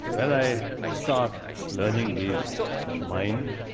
when i started learning this mind,